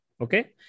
Okay